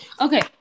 okay